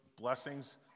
blessings